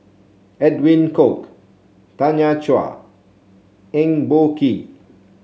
Edwin Koek Tanya Chua Eng Boh Kee